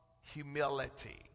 humility